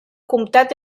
comtat